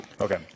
Okay